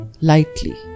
lightly